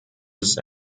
his